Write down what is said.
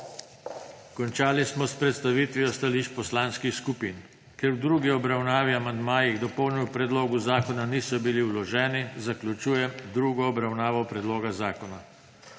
Končali smo s predstavitvijo stališč poslanskih skupin. Ker amandmaji k dopolnjenemu predlogu zakona niso bili vloženi, zaključujem drugo obravnavo predloga zakona.